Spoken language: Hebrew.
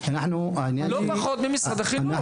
לא פחות ממשרד החינוך.